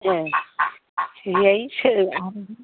ए सोंलाय सोर आनैजों